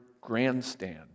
grandstand